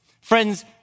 Friends